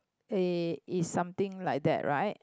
eh is something like that right